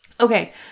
Okay